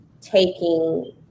taking